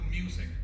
music